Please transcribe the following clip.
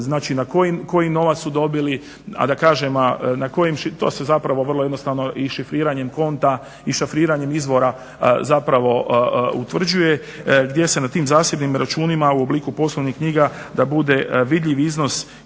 znači koji novac su dobili, a da kažem na kojim, to se zapravo vrlo jednostavno i šifriranjem … i šifriranjem izvora zapravo utvrđuje gdje se na tim zasebnim računima u obliku poslovnih knjiga da bude vidljiv iznos dotoka